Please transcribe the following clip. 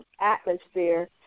atmosphere